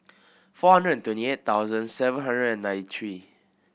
four hundred and twenty eight thousand seven hundred and ninety three